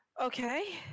Okay